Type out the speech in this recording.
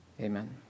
amen